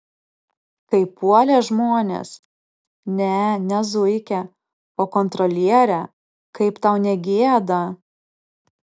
kaip puolė žmonės ne ne zuikę o kontrolierę kaip tau negėda